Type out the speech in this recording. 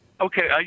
Okay